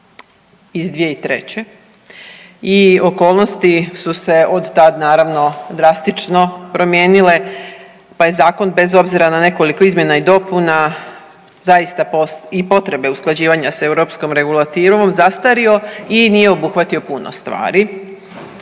zakon iz 2003. i okolnosti su se od tad, naravno, drastično promijenile pa je zakon, bez obzira na nekoliko izmjena i dopuna zaista i potrebe usklađivanja s EU regulativom zastario i nije obuhvatio puno stvari.